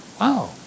wow